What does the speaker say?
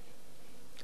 עם עובדים זרים.